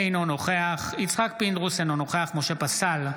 אינו נוכח יצחק פינדרוס, אינו נוכח משה פסל,